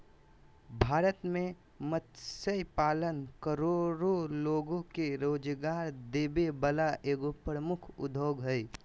भारत में मत्स्य पालन करोड़ो लोग के रोजगार देबे वला एगो प्रमुख उद्योग हइ